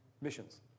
missions